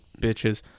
bitches